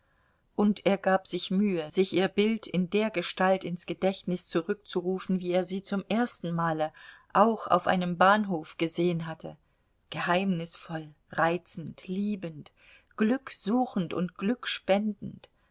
und er gab sich mühe sich ihr bild in der gestalt ins gedächtnis zurückzurufen wie er sie zum ersten male auch auf einem bahnhof gesehen hatte geheimnisvoll reizend liebend glück suchend und glück spendend